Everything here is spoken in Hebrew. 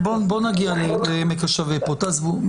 בואו נגיע לעמק השווה פה, תעזבו.